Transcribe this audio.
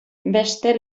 beste